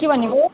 के भनेको